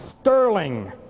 sterling